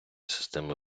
системи